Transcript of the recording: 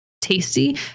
tasty